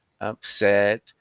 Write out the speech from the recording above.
upset